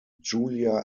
julia